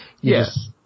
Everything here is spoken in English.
Yes